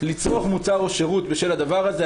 לצרוך מוצר או שירות בשל הדבר הזה,